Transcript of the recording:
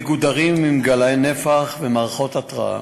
מגודרים ועם גלאי נפח ומערכות התרעה.